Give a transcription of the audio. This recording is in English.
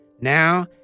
Now